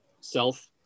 self